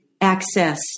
access